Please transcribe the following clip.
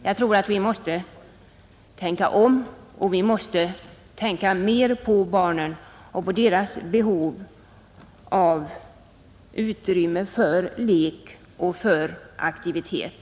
Jag anser att vi måste tänka om och tänka mer på barnen och deras behov av utrymme för lek och aktivitet.